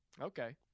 Okay